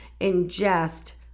ingest